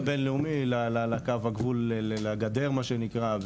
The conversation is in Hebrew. מהגבול הבינלאומי לקו הגבול לגדר, מה שנקרא.